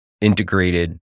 integrated